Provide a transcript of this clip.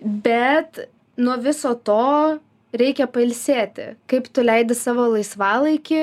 bet nuo viso to reikia pailsėti kaip tu leidi savo laisvalaikį